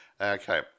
Okay